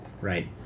Right